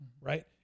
right